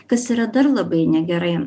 kas yra dar labai negerai